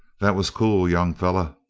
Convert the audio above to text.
that was cool, young feller,